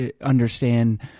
understand